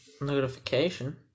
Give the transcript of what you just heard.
Notification